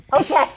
Okay